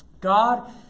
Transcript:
God